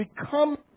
become